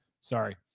sorry